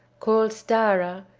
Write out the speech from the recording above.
called starra,